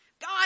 God